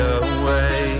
away